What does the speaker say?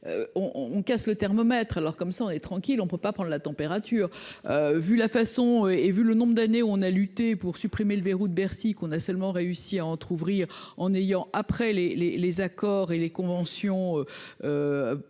on casse le thermomètre alors comme ça on est tranquille, on ne peut pas prendre la température, vu la façon et vu le nombre d'années, on a lutté pour supprimer le verrou de Bercy qu'on a seulement réussi à entrouvrir en ayant après les les les accords et les conventions